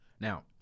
now